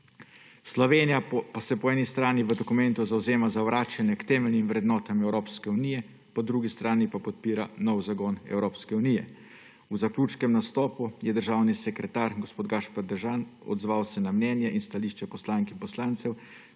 Slovenija se po eni strani v dokumentu zavzema za vračanje k temeljnim vrednotam Evropske unije, po drugi strani pa podpira nov zagon Evropske unije. V zaključnem nastopu se je državni sekretar gospod Gašper Dovžan odzval na mnenja in stališča poslank in poslancev